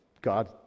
God